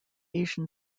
asian